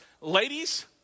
Ladies